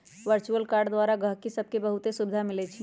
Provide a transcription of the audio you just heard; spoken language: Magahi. वर्चुअल कार्ड द्वारा गहकि सभके बहुते सुभिधा मिलइ छै